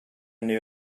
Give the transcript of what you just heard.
new